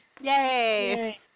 Yay